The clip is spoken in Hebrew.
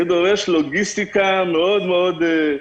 זה דורש לוגיסטיקה מאוד גדולה ומשמעותית כדי לחזור.